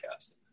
podcast